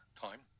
time